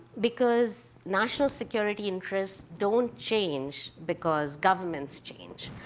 because national security interests don't change because governments change.